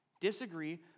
Disagree